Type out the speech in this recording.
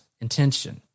intention